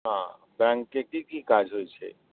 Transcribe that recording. हँ बैंकके की की काज होइ छै